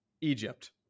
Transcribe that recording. Egypt